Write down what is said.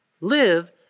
live